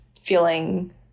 feeling